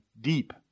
deep